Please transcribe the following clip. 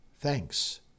Thanks